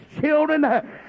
children